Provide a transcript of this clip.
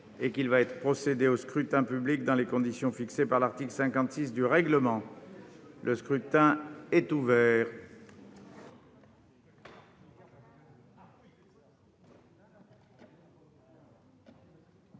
Il va être procédé au scrutin dans les conditions fixées par l'article 56 du règlement. Le scrutin est ouvert.